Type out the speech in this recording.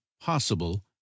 possible